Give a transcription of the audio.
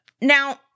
Now